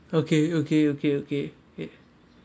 okay okay okay okay okay